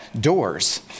doors